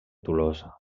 tolosa